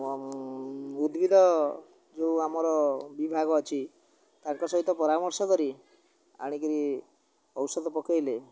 ଉଦ୍ଭିଦ ଯେଉଁ ଆମର ବିଭାଗ ଅଛି ତାଙ୍କ ସହିତ ପରାମର୍ଶ କରି ଆଣିକିରି ଔଷଧ ପକେଇଲେ